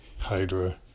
Hydra